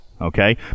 Okay